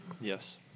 Yes